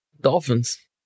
Dolphins